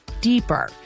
deeper